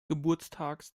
geburtstags